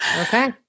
Okay